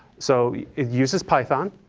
so it uses python,